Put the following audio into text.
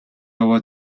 яваа